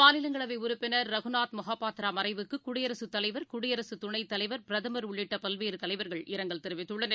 மாநிலங்களவைஉறுப்பினர் ரகுநாத் மொஹபாத்ராமறைவுக்குகுடியரசுத் தலைவர் குடியரசுத் துணைத் தலைவர் பிரதமர் உள்ளிட்டதலைவர்கள் இரங்கல் தெரிவித்துள்ளனர்